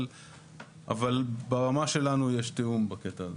אבל ברמה שלנו יש תיאום בקטע הזה.